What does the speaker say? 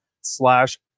slash